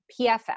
PFF